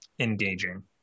Engaging